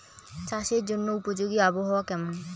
চাষের জন্য উপযোগী আবহাওয়া কেমন?